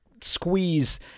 squeeze